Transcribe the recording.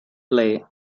play